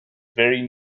very